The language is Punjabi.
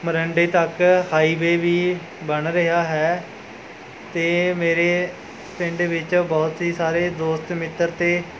ਮੋਰਿੰਡੇ ਤੱਕ ਹਾਈਵੇ ਵੀ ਬਣ ਰਿਹਾ ਹੈ ਅਤੇ ਮੇਰੇ ਪਿੰਡ ਵਿੱਚ ਬਹੁਤ ਹੀ ਸਾਰੇ ਦੋਸਤ ਮਿੱਤਰ ਅਤੇ